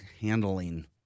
handling